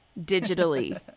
digitally